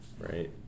Right